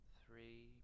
three